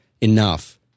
enough